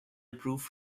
proof